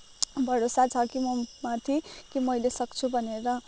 भरोसा छ कि ममाथि कि मैले सक्छु भनेर